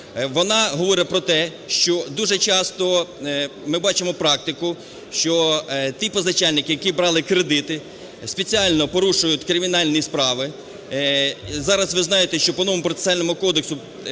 Вона говорить про те, що дуже часто ми бачимо практику, що ті позичальники, які брали кредити, спеціально порушують кримінальні справи, зараз, ви знаєте, що по новому Процесуальному кодексу